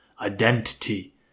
identity